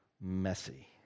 messy